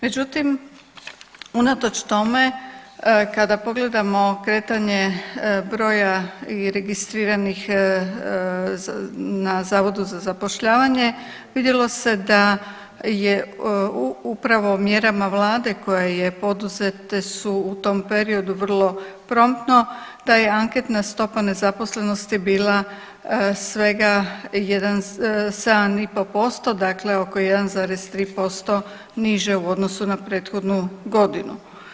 Međutim, unatoč tome kada pogledamo kretanje broja i registriranih na zavodu za zapošljavanje vidjelo se da je upravo mjerama vlade koja je poduzete su u tom periodu vrlo promptno da je anketna stopa nezaposlenosti bila svega 7,5% dakle oko 1,3% niže u odnosu na prethodnu godinu.